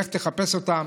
ולך תחפש אותם.